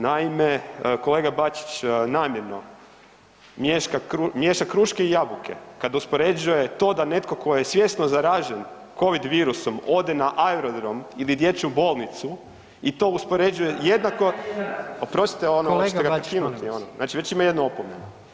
Naime, kolega Bačić namjerno miješa kruške i jabuke kada uspoređuje to da netko tko je svjesno zaražen covid virusom ode na aerodrom ili dječju bolnicu i to uspoređuje jednako … [[Upadica se ne razumije.]] oprostite ono hoćete ga prekinuti [[Upadica predsjednik: Kolega Bačiću, molim vas.]] znači već ima jednu opomenu.